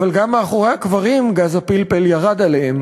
אבל גם מאחורי הקברים גז הפלפל ירד עליהם